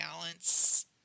balance